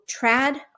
trad